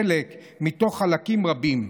חלק מתוך חלקים רבים,